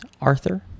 Arthur